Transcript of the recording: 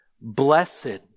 Blessed